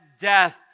death